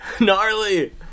Gnarly